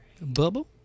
Bubble